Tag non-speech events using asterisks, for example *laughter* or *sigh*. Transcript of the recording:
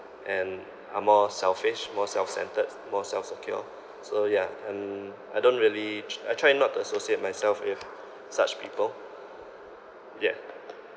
and are more selfish more self centered more self secure so yeah and I don't really *noise* I try not to associate myself with such people yeah